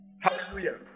Hallelujah